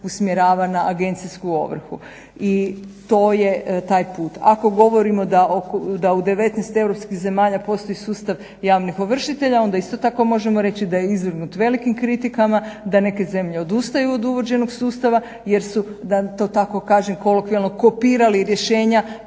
usmjerava na agencijsku ovrhu. I to je taj put. Ako govorimo da u 19 europskih zemalja postoji sustav javnih ovršitelja onda isto tako možemo reći da je izvrgnut velikim kritikama, da neke zemlje odustaju od uvođenog sustava jer su da to tako kažem kolokvijalno kopirali rješenja